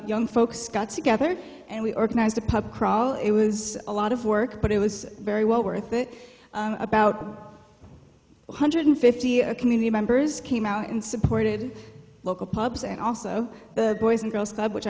young folks got together and we organized a pub crawl it was a lot of work but it was very well worth it about one hundred fifty a community members came out and supported local pubs and also the boys and girls club which